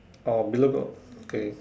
orh below got okay